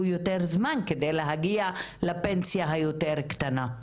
יותר זמן כדי להגיע לפנסיה היותר קטנה.